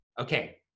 Okay